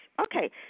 Okay